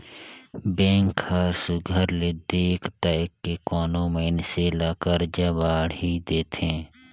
bank हर सुग्घर ले देख ताएक के कोनो मइनसे ल करजा बाड़ही देथे